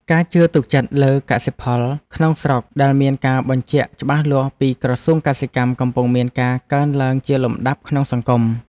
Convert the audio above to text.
ការជឿទុកចិត្តលើកសិផលក្នុងស្រុកដែលមានការបញ្ជាក់ច្បាស់លាស់ពីក្រសួងកសិកម្មកំពុងមានការកើនឡើងជាលំដាប់ក្នុងសង្គម។